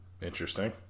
Interesting